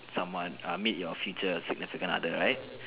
someone err meet your future significant other right